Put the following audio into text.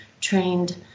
trained